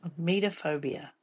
Metaphobia